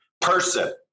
person